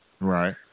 Right